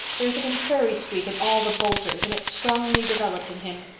there's a contrary streak in all the boulters and it's strongly developed in him.